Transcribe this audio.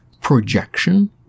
projection